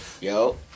Yo